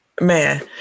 Man